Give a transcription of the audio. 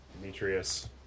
Demetrius